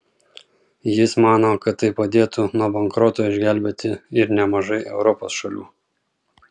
jis mano kad tai padėtų nuo bankroto išgelbėti ir nemažai europos šalių